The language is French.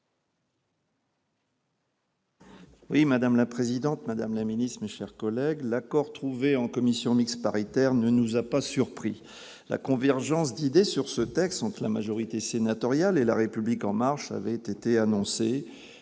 Madame la présidente, madame la ministre, mes chers collègues, l'accord trouvé en commission mixte paritaire ne nous a pas surpris. La convergence d'idées sur ce texte entre la majorité sénatoriale et la République en marche avait été annoncée